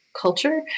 culture